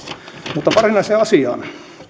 mutta varsinaiseen asiaan